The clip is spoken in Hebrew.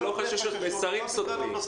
סותרים.